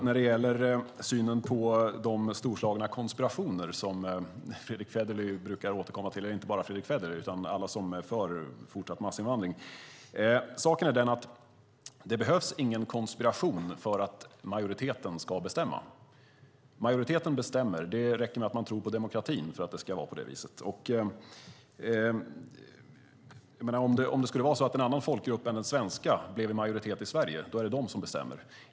När det gäller synen på de storslagna konspirationer som Fredrick Federley, och inte bara han utan alla som är för fortsatt massinvandring, brukar återkomma till är saken den att det inte behövs någon konspiration för att majoriteten ska bestämma. Majoriteten bestämmer. Det räcker med att man tror på demokratin för att det ska vara på det viset. Om det skulle vara så att en annan folkgrupp än den svenska blev i majoritet i Sverige är det de som bestämmer.